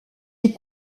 les